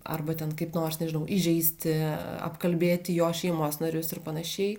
arba ten kaip nors nežinau įžeisti apkalbėti jo šeimos narius ir panašiai